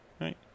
right